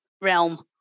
realm